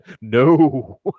No